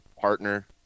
partner